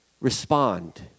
Respond